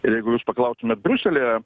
ir jeigu jūs paklaustumėt briuselyje